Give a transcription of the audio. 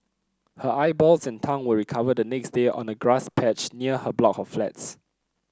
her eyeballs and tongue were recovered the next day on a grass patch near her block of flats